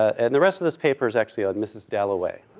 and the rest of this paper's actually on mrs. dalloway.